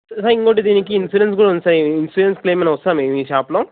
sir ఇంకొకటిది దీనికీ insurance కూడా ఉంది సార్ ఇన్సురెన్స్ క్లెయిమ్ ఏమన్నా వస్తుందా మీ షాపులో